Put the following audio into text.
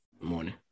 morning